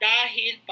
Dahil